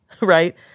right